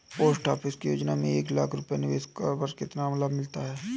Post office की योजना में एक लाख रूपए के निवेश पर कितना लाभ मिलता है?